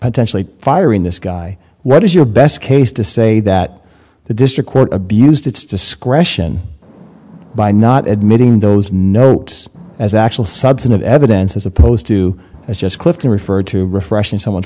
potentially firing this guy what is your best case to say that the district court abused its discretion by not admitting those notes as actual substantive evidence as opposed to as just clifton referred to refreshing someone's